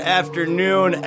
afternoon